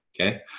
Okay